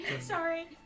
Sorry